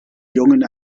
jungen